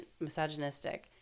misogynistic